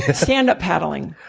ah stand-up paddling.